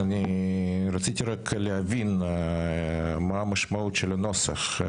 רציתי רק להבין מה המשמעות של הנוסח.